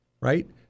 right